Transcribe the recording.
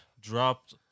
dropped